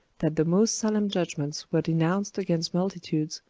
that the most solemn judgments were denounced against multitudes,